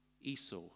Esau